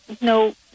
no